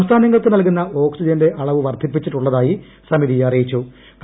സംസ്ഥാനങ്ങൾക്ക് നൽകുന്ന ഓക്സിജന്റെ അളവ് വർദ്ധിപ്പിച്ചിട്ടുള്ളതായി സമിതി അറിയ്ടിച്ചു